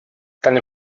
deinem